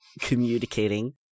communicating